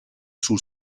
sul